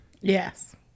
Yes